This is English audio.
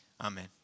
Amen